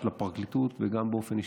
של הפרקליטות וגם שלי באופן אישי.